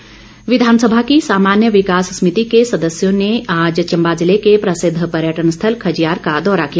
समिति चम्बा विधानसभा की सामान्य विकास समिति के सदस्यों ने आज चम्बा जिले के प्रसिद्व पर्यटन स्थल खजियार का दौरा किया